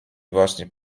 właśnie